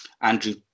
Andrew